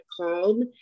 called